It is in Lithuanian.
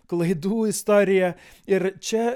klaidų istorija ir čia